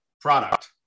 product